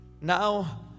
now